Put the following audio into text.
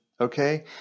okay